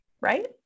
right